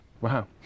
Wow